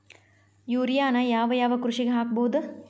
ಯೂರಿಯಾನ ಯಾವ್ ಯಾವ್ ಕೃಷಿಗ ಹಾಕ್ಬೋದ?